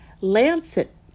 Lancet